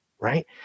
right